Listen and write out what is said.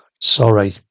sorry